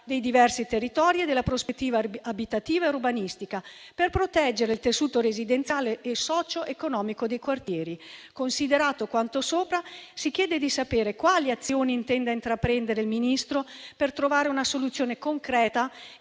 dei diversi territori e della prospettiva abitativa e urbanistica per proteggere il tessuto residenziale e socioeconomico dei quartieri. Considerato quanto sopra, si chiede di sapere quali azioni intenda intraprendere il Ministro per trovare una soluzione concreta